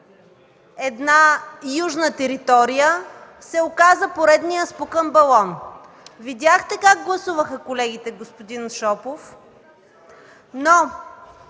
една южна територия, се оказа поредният спукан балон. Видяхте как гласуваха колегите, господин Шопов.